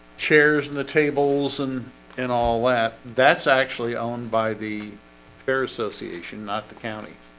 chairs and the tables and and all that that's actually owned by the fair association. not the county